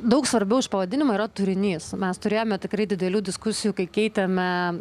daug svarbiau už pavadinimą yra turinys mes turėjome tikrai didelių diskusijų kai keitėme